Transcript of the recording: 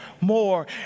more